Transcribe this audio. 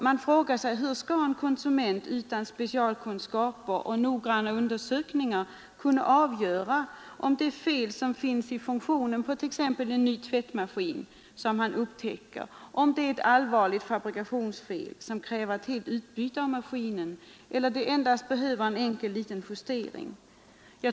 Man frågar sig hur en konsument utan specialkunskaper och noggranna undersökningar skall kunna avgöra om det fel han upptäcker på t.ex. en ny tvättmaskin är ett allvarligt fabrikationsfel som kräver utbyte av maskinen, eller om det bara behöver göras en liten enkel justering.